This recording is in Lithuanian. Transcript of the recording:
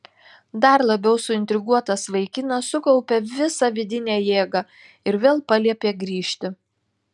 dar labiau suintriguotas vaikinas sukaupė visą vidinę jėgą ir vėl paliepė grįžti